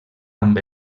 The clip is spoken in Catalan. amb